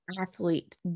athlete